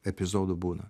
epizodų būna